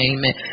Amen